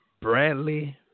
Bradley